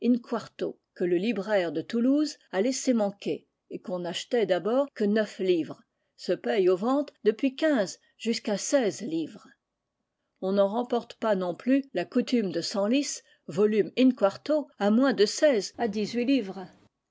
que le libraire de toulouse a laissé manquer et qu'on n'achetait d'abord que livres se paye aux ventes depuis quinze jusqu'à seize livres on n'en remporte pas non plus la coutume de senlis volume in-quarto à moins de seize à dix-huit livres